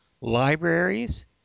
libraries